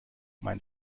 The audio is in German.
mein